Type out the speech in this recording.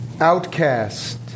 outcast